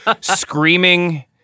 screaming